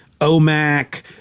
omac